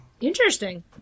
Interesting